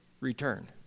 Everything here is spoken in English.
return